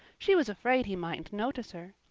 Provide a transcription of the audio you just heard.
she was afraid he mightn't notice her.